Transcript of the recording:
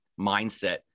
mindset